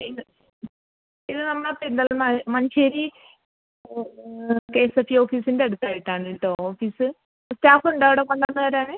ഇത് ഇത് നമ്മളെ പിന്നെ മഞ്ചേരി ആ കെ എസ് എഫ് ഇ ഓഫീസിൻ്റെ അടുത്തായിട്ടാണ് കേട്ടോ ഓഫീസ് സ്റ്റാഫ് ഉണ്ടോ അവിടെ കൊണ്ടു വന്നു തരാൻ